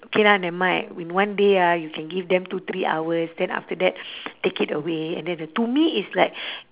K lah never mind in one day ah you can give them two three hours then after that take it away and then to me it's like